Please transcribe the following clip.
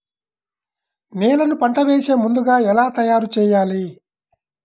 నేలను పంట వేసే ముందుగా ఎలా తయారుచేయాలి?